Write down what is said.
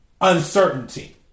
uncertainty